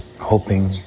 hoping